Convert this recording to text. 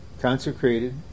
Consecrated